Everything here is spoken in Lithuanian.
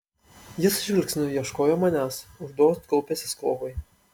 jis žvilgsniu ieškojo manęs užuot kaupęsis kovai